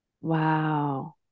Wow